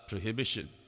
prohibition